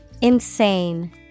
Insane